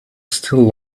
still